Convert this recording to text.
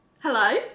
Hello